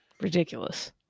ridiculous